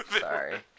sorry